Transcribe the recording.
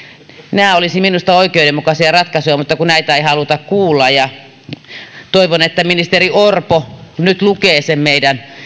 nämä olisi minusta oikeudenmukaisia ratkaisuja mutta näitä ei haluta kuulla toivon että ministeri orpo nyt lukee sen meidän